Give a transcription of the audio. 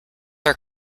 our